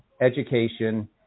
education